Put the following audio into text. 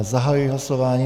Zahajuji hlasování.